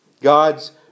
God's